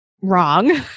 wrong